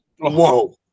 Whoa